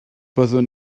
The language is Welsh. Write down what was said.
byddwn